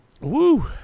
Woo